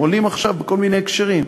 הן עולות עכשיו בכל מיני הקשרים.